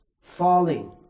falling